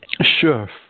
Sure